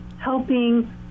helping